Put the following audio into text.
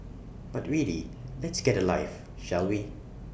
but really let's get A life shall we